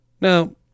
Now